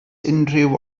unrhyw